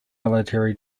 military